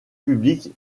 publiques